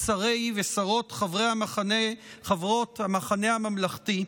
שרי ושרות חברי וחברות המחנה הממלכתי.